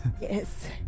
yes